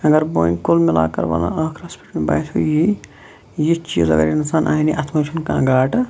اَگَر بہٕ وۄنۍ کُل مِلا کَر وَنہٕ ٲخرَس پٮ۪ٹھ مےٚ باسیٚو یِی یِتھ چیٖز اَگَر اِنسان اَنہِ اَتھ مَنٛز چھُ نہٕ کانٛہہ گاٹہٕ